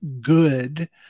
good